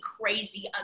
crazy